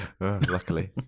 Luckily